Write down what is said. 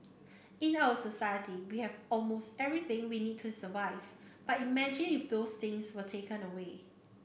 in our society we have almost everything we need to survive but imagine if those things were taken away